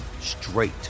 straight